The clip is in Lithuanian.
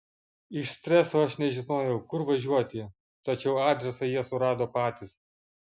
iš streso aš nežinojau kur važiuoti tačiau adresą jie surado patys